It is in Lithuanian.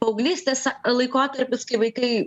paauglystės laikotarpis kai vaikai